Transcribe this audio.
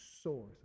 source